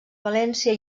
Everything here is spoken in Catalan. valència